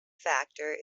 factor